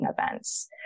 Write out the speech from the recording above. events